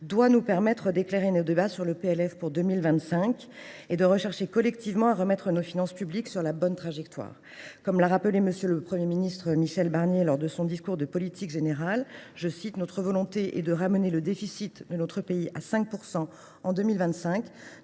doit nous permettre d’éclairer nos débats sur le projet de loi de finances pour 2025 et de rechercher collectivement à remettre nos finances publiques sur la bonne trajectoire. Comme l’a rappelé M. le Premier ministre Michel Barnier lors de son discours de politique générale :«… notre volonté est de ramener le déficit de notre pays à 5 % en 2025.